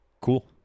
cool